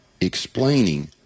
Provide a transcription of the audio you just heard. explaining